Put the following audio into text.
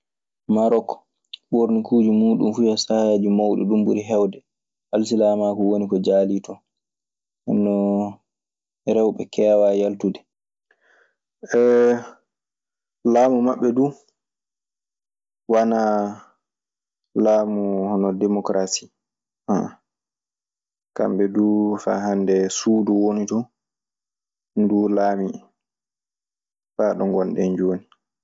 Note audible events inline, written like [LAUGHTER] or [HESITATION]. Maaroc, ɓoornukuuji muuɗun fuu yo saayaaji mawɗi. Ɗun ɓuri heewde. Alsilaamaaku woni ko jaalii ton. Nden non rewɓe keewaa yaltude. [HESITATION] laamu du wanaa laamu hono demokrasi, o'ohoo. Kamɓe du faa hannden suudu woni ton, ɗu laami, fa ɗo ngonnden jooni.